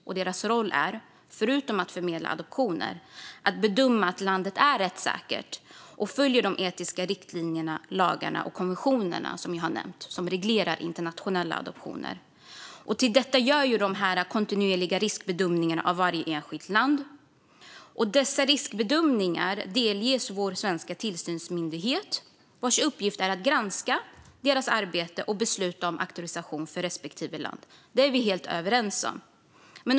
Och deras roll är, förutom att förmedla adoptioner, att bedöma om landet är rättssäkert och följer de etiska riktlinjer, lagar och konventioner som reglerar internationella adoptioner. Till detta gör de också kontinuerliga riskbedömningar av varje enskilt land. Dessa riskbedömningar delges vår svenska tillsynsmyndighet, vars uppgift är att granska deras arbete och besluta om auktorisation för respektive land. Det är vi helt överens om.